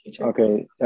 okay